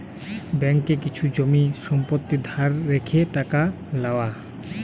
ব্যাঙ্ককে কিছু জমি সম্পত্তি ধরে রেখে টাকা লওয়া